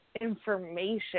information